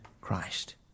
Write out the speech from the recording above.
Christ